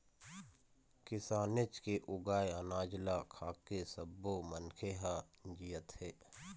किसानेच के उगाए अनाज ल खाके सब्बो मनखे ह जियत हे